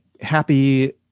happy